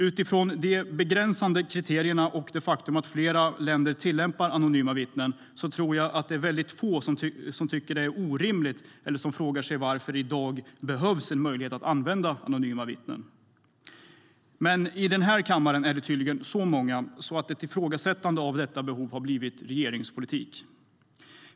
Utifrån de begränsande kriterierna och det faktum att flera länder tillämpar anonyma vittnesmål tror jag att det är väldigt få som tycker att det är orimligt att använda anonyma vittnen eller som frågar sig varför denna möjlighet i dag behövs. Men i den här kammaren är det tydligen så många att ett ifrågasättande av detta behov blivit regeringspolitik.